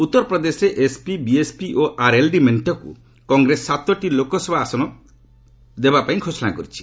ଉତ୍ତରପ୍ରଦେଶରେ ଏସ୍ପି ବିଏସ୍ପି ଓ ଆର୍ଏଲ୍ଡି ମେଣ୍ଟକ୍କ କଂଗ୍ରେସ ସାତଟି ଲୋକସଭା ଆସନ ଦେବା ପାଇଁ ଘୋଷଣା କରିଛି